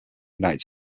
united